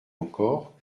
encore